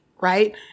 right